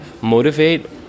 motivate